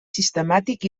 sistemàtic